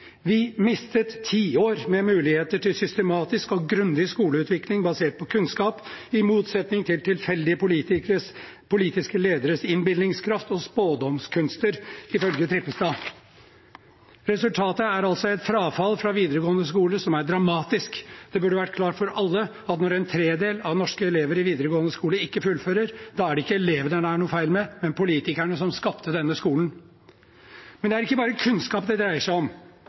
grundig skoleutvikling basert på kunnskap, i motsetning til tilfeldige politiske lederes innbilningskraft og spådomskunster», ifølge Trippestad. Resultatet er et frafall fra videregående skole som er dramatisk. Det burde ha vært klart for alle at når en tredjedel av norske elever i videregående skole ikke fullfører, da er det ikke elevene det er noe feil med, men politikerne som skapte denne skolen. Men det er ikke bare kunnskap det dreier seg om,